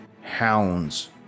hounds